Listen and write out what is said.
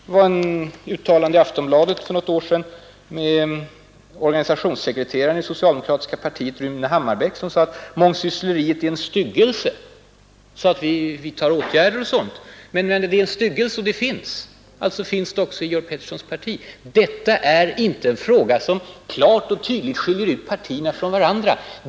Det var ett uttalande i Aftonbladet för något år sedan av organisationssekreteraren i socialdemokratiska partiet, Rune Hammarbäck, som sade att mångsyssleriet är en ”styggelse” och att man vidtar åtgärder etc. Det är en styggelse, som alltså finns också i Georg Petterssons parti. Detta är inte en fråga som klart och tydligt skiljer ut partierna från varandra.